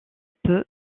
peu